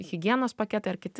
higienos paketai ar kiti